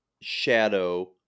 shadow